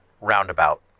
roundabout